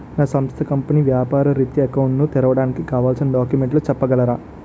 నా సంస్థ కంపెనీ వ్యాపార రిత్య అకౌంట్ ను తెరవడానికి కావాల్సిన డాక్యుమెంట్స్ చెప్పగలరా?